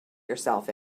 yourself